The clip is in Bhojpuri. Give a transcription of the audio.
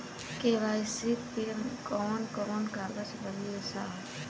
के.वाइ.सी मे कवन कवन कागज लगी ए साहब?